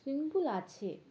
swimming pool আছে